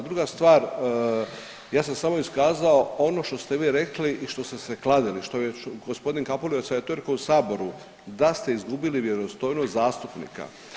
Druga stvar, ja sam samo iskazao ono što ste vi rekli i što ste se kladili što je gospodin Kapulica je to rekao u saboru, da ste izgubili vjerodostojnost zastupnika.